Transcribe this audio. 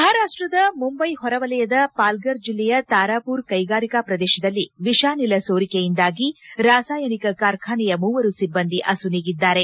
ಮಹಾರಾಪ್ಪದ ಮುಂಬೈ ಹೊರವಲಯದ ಪಾಲ್ಗರ್ ಜಿಲ್ಲೆಯ ತಾರಾಪುರ ಕೈಗಾರಿಕಾ ಪ್ರದೇಶದಲ್ಲಿ ವಿಷಾನಿಲ ಸೋರಿಕೆಯಿಂದಾಗಿ ರಾಸಾಯನಿಕ ಕಾರ್ಖಾನೆಯ ಮೂವರು ಸಿಬ್ಬಂದಿ ಅಸುನೀಗಿದ್ದಾರೆ